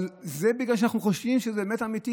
אבל זה בגלל שאנחנו חושבים שזה באמת אמיתי.